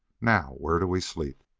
now, where do we sleep?